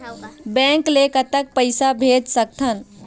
Bank ले कतक पैसा भेज सकथन?